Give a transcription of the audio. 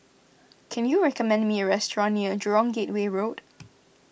can you recommend me a restaurant near Jurong Gateway Road